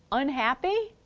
unhappy?